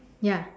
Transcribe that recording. ya